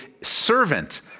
servant